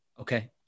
Okay